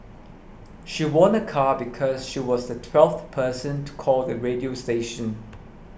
she won a car because she was the twelfth person to call the radio station